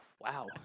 Wow